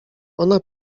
ona